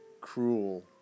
cruel